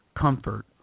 comfort